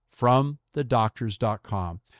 fromthedoctors.com